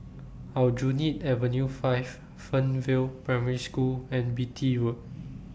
Aljunied Avenue five Fernvale Primary School and Beatty Road